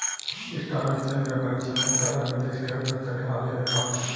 stock exchange व्यापारिक क्षमता के आधार पर देश के अर्थव्यवस्था के हाल के देखावेला